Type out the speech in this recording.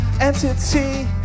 entity